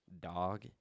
dog